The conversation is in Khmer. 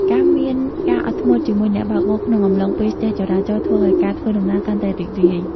ការមានការអត់ធ្មត់ជាមួយអ្នកបើកបរក្នុងអំឡុងពេលស្ទះចរាចរណ៍ ធ្វើឱ្យការធ្វើដំណើរកាន់តែរីករាយ។